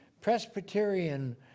Presbyterian